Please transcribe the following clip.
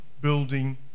building